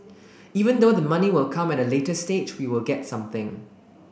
even though the money will come at a later stage we still get something